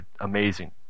amazing